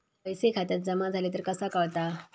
पैसे खात्यात जमा झाले तर कसा कळता?